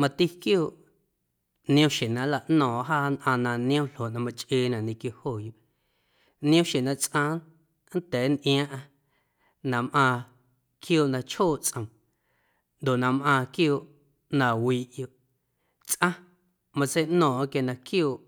Mati quiooꞌ niom xjeⁿ na nlaꞌno̱o̱ⁿꞌ jaa nnꞌaⁿ na niom ljoꞌ na machꞌeenaꞌ ñequio jooyoꞌ, niom xjeⁿ na tsꞌaⁿ nnda̱a̱ nntꞌiaaⁿꞌaⁿ na mꞌaaⁿ quioꞌ na chjooꞌ tsꞌoom ndoꞌ na mꞌaaⁿ quiooꞌ na wiiꞌyoꞌ, tsꞌaⁿ matseiꞌno̱o̱ⁿꞌo̱ⁿ quia na quiooꞌ